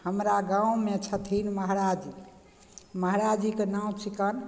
हमरा गाँवमे छथिन महाराज जी महराज जीके नाम छिकन